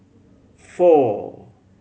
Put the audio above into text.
four